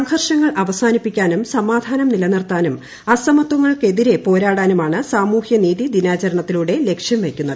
സംഘർഷങ്ങൾ അവസാനിപ്പിക്കാനും അസമത്വങ്ങൾക്കെതിരെ പോരാടാനുമാണ് സാമൂഹ്യ നീതി ദിനാചരണത്തിലൂടെ ലക്ഷ്യം വയ്ക്കുന്നത്